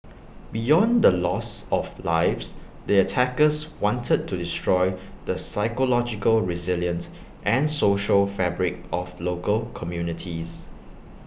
beyond the loss of lives the attackers wanted to destroy the psychological resilience and social fabric of local communities